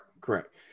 correct